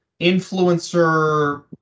influencer